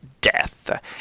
death